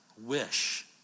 wish